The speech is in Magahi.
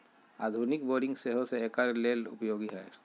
आधुनिक बोरिंग सेहो एकर लेल उपयोगी है